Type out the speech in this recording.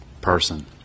person